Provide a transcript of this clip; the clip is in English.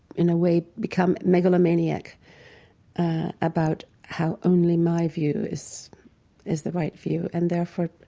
in a way become megalomaniac about how only my view is is the right view and, therefore,